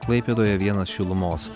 klaipėdoje vienas šilumos